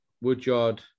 Woodyard